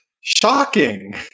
Shocking